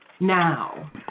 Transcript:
now